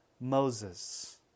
Moses